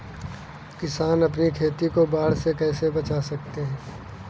किसान अपनी खेती को बाढ़ से कैसे बचा सकते हैं?